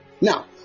Now